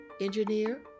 engineer